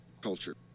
Culture